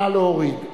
נא להוריד.